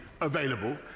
available